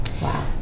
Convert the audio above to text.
Wow